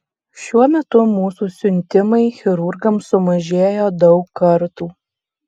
šiuo metu mūsų siuntimai chirurgams sumažėjo daug kartų